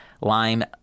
Lime